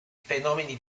fenomeni